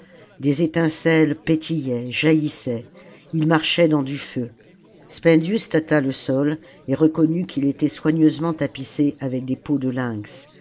des étincelles pétillaient jaillissaient ils marchaient dans du feu spendius tâta le sol et reconnut qu'il était soigneusement tapissé avec des peaux de